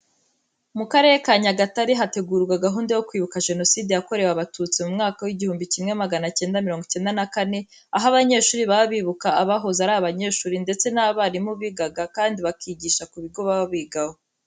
Mu Karere ka Nyagatare hategurwa gahunda yo kwibuka Jenoside yakorewe Abatutsi mu mwaka w'igihumbi kimwe magana cyenda mirongo icyenda na kane, aho abanyeshuri baba bibuka abahoze ari abanyeshuri ndetse n'abarimu bigaga kandi bakigisha ku bigo baba bigaho.